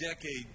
decade